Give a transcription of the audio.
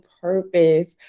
purpose